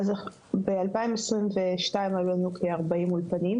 ב-2022 היו לנו כ-40 אולפנים,